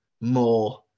more